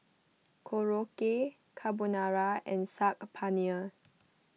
Korokke Carbonara and Saag Paneer